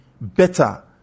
better